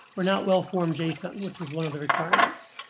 were not well formed json, which was one of the requirements.